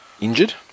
injured